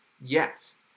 Yes